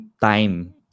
time